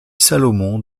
salomon